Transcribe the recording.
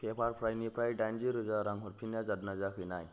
पेपारप्राइनिफ्राय दाइनजि रोजा रां हरफिननाया जादोंना जायाखै नाय